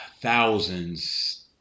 thousands